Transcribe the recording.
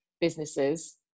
businesses